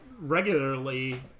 regularly